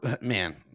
man